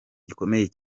gikomeye